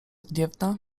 gniewna